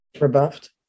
rebuffed